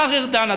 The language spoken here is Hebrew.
השר ארדן,